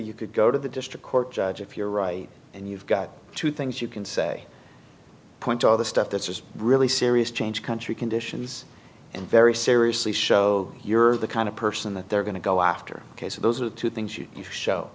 you could go to the district court judge if you're right and you've got two things you can say point to all the stuff that's just really serious change country conditions and very seriously show you're the kind of person that they're going to go after ok so those are two things you you show